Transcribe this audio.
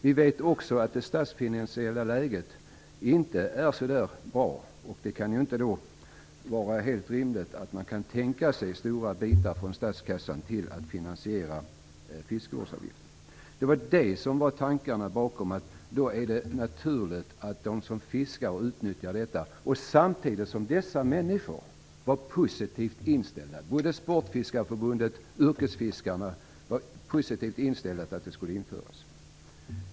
Vi vet också att det statsfinansiella läget inte är så bra. Då kan det inte vara rimligt att tänka sig stora bidrag från statskassan till att finansiera fiskevårdsavgiften. Detta var tankarna bakom att det var naturligt att de som fiskar är med och finansierar. Samtidig var dessa människor positivt inställda. Både Sportfiskarna och yrkesfiskarna var positivt inställda till att detta skulle införas.